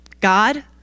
God